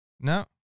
No